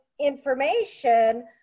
information